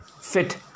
fit